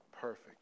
perfect